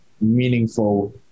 meaningful